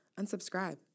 unsubscribe